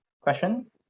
question